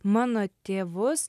mano tėvus